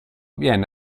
viene